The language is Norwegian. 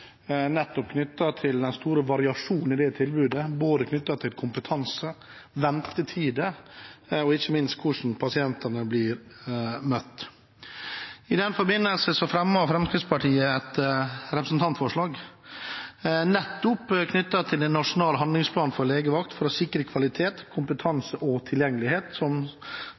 nettopp på grunn av den store variasjonen i tilbudet, knyttet til kompetanse, ventetider og ikke minst hvordan pasientene blir møtt. I den forbindelse har Fremskrittspartiet fremmet et representantforslag om en nasjonal handlingsplan for legevakt for å sikre kvalitet,